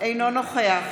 אינו נוכח